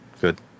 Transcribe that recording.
Good